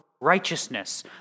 righteousness